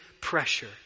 pressure